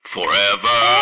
forever